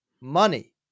money